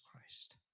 Christ